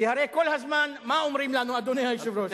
כי הרי כל הזמן מה אומרים לנו, אדוני היושב-ראש?